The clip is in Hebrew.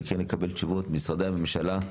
וכן לקבל תשובות ממשרדי הממשלה,